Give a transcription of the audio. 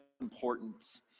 importance